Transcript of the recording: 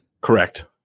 Correct